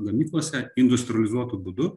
gamyklose industrializuotu būdu